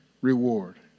reward